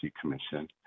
Commission